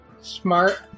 Smart